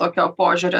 tokio požiūrio